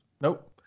Nope